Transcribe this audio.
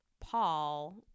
Paul